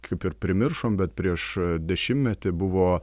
kaip ir primiršom bet prieš dešimtmetį buvo